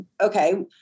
okay